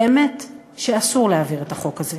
באמת אסור להעביר את החוק הזה.